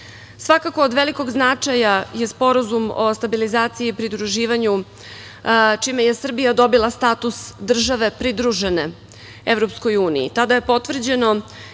EU.Svakako, od velikog značaja je Sporazum o stabilizaciji i pridruživanju, čime je Srbija dobila status države pridružene EU. Tada je potvrđeno